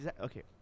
okay